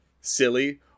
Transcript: silly